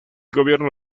gobierno